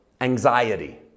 anxiety